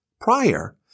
prior